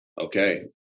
okay